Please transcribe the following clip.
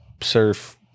surf